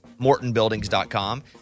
mortonbuildings.com